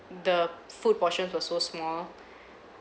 the food portions were so small